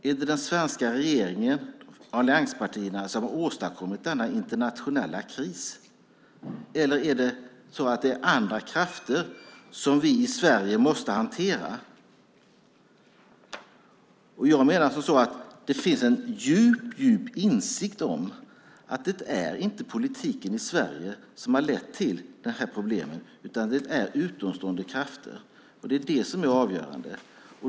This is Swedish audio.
Är det den svenska regeringen och allianspartierna som har åstadkommit denna internationella kris, eller är det andra krafter som vi i Sverige måste hantera? Jag menar att det finns en djup insikt om att det inte är politiken i Sverige som har lett till de här problemen. Det är utomstående krafter, och det är det som är avgörande.